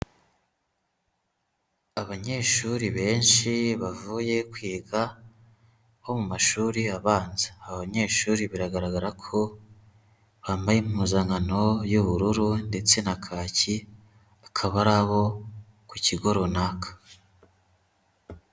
Abanyeshuri benshi bavuye kwiga nko mu mashuri abanza, abo banyeshuri biragaragara ko bambaye impuzankano y'ubururu ndetse na kaki akaba ari abo ku kigo runaka.